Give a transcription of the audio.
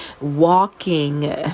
walking